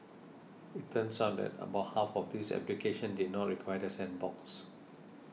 it turns out that about half of these applications did not require the sandbox